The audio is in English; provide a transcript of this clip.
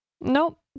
nope